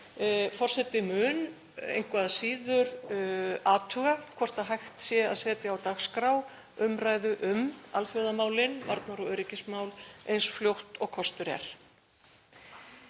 Forseti mun engu að síður athuga hvort hægt sé að setja á dagskrá umræðu um alþjóðamálin, varnar- og öryggismál, eins fljótt og kostur er.